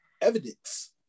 evidence